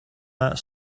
that